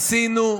עשינו.